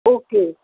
okay